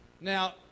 now